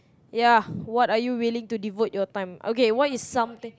ya what are you willing to devote your time okay what is something